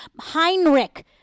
Heinrich